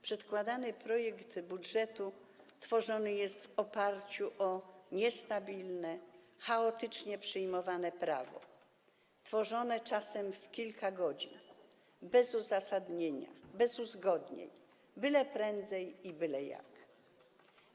Przedkładany projekt budżetu tworzony jest w oparciu o niestabilne, chaotycznie przyjmowane prawo, tworzone czasem w kilka godzin, bez uzasadnienia, bez uzgodnień, byle jak, byle prędzej.